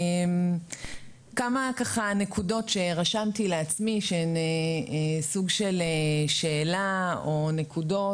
כמה נקודות שרשמתי לעצמי שהן סוג של שאלה או נקודות